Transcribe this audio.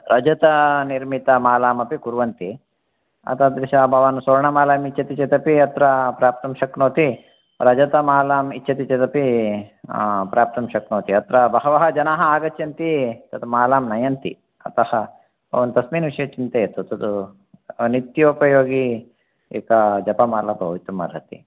रजतनिर्मितमालामपि कुर्वन्ति एतादृशस्वर्णमालां भवान् इच्छति चेदपि अत्र प्राप्तुं शक्नोति रजतमालाम् इच्छति चेदपि प्राप्तुं शक्नोति अत्र बहवः जनाः आगच्छन्ति तत् मालां नयन्ति अतः भवान् तस्मिन् विषये चिन्तयतु तत् नित्योपयोगी एका जपमाला भवितुमर्हति